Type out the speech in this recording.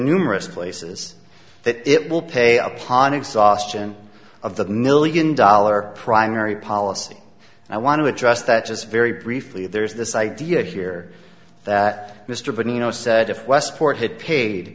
numerous places that it will pay upon exhaustion of the million dollar primary policy and i want to address that just very briefly there's this idea here that mr biden you know said if westport had paid